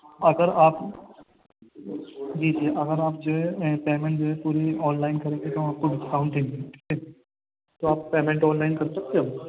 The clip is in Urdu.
اگر آپ جی جی اگر آپ جو ہے پیمینٹ جو ہے پوری آن لائن کریں گے تو آپ کو ڈسکاؤنٹ دیں گے تو آپ پیمینٹ آن لائن کر سکتے ہو